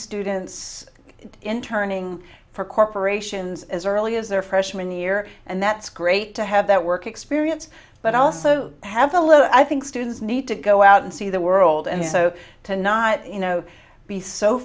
students interning for corporations as as early her freshman year and that's great to have that work experience but also has a low i think students need to go out and see the world and so to not you know be so